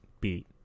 beat